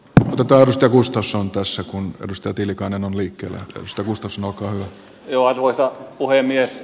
nato edustustossa lontoossa kun risto tillikainen on liikkeellä josta mustosen mukaan jo arvoisa puhemies